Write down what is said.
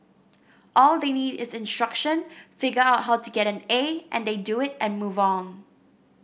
all they need is instruction figure out how to get an A and they do it and move on